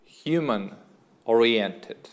Human-oriented